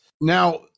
Now